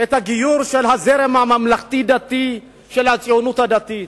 את הגיור של הזרם הממלכתי-דתי, של הציונות הדתית,